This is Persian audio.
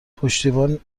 پشتیبان